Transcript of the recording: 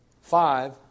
Five